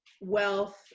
wealth